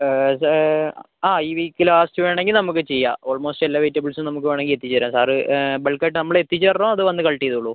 ഇത് ആ ഈ വീക്ക് ലാസ്റ്റ് വേണമെങ്കിൽ നമുക്ക് ചെയ്യാം ഓൾമോസ്റ്റ് എല്ലാ വെജിറ്റബിൾസും നമുക്ക് വേണമെങ്കിൽ എത്തിച്ചുതരാം സാറ് ബൾക്ക് ആയിട്ട് നമ്മള് എത്തിച്ചേരണോ അതോ വന്ന് കളക്ട് ചെയ്തോളുമോ